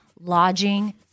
lodging